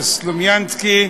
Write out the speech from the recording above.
סלומינסקי,